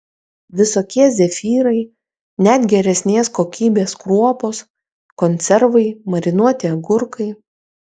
visokie zefyrai net geresnės kokybės kruopos konservai marinuoti agurkai